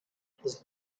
his